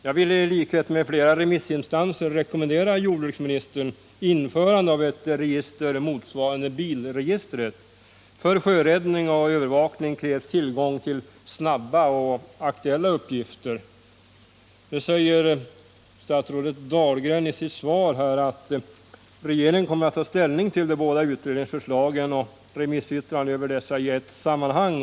Jag vill i likhet med flera remissinstanser rekommendera jordbruksministern införande av ett register motsvarande bilregistret. För sjöräddning och övervakning krävs tillgång till snabba och aktuella uppgifter. Statsrådet Dahlgren säger i sitt svar: ”Regeringen kommer att ta ställ ning till de båda utredningsförslagen och remissyttrandena över dessa i ett sammanhang.